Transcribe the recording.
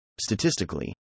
Statistically